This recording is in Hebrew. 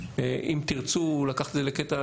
אם תרצו לקחת את זה לקטע,